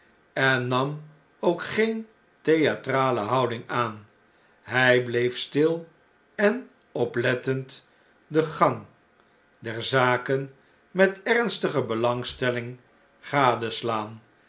en nam ook geene theatrale houding aan hjj bleef stil en oplettend den gang der zaken met ernstige belangstelling gadeslaan